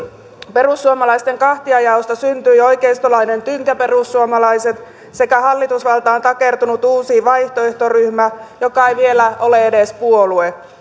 perussuomalaisten kahtiajaosta syntyi oikeistolainen tynkäperussuomalaiset sekä hallitusvaltaan takertunut uusi vaihtoehto ryhmä joka ei vielä ole edes puolue